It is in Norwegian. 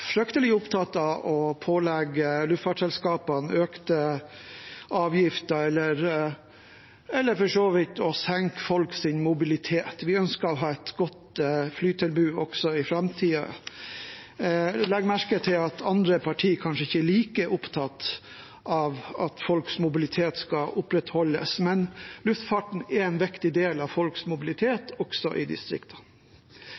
vidt å senke folks mobilitet. Vi ønsker å ha et godt flytilbud også i framtiden. Jeg legger merke til at andre parti kanskje ikke er like opptatt av at folks mobilitet skal opprettholdes, men luftfarten er en viktig del av folks